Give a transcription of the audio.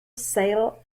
sale